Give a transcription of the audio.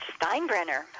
Steinbrenner